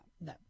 No